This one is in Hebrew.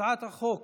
הצעת החוק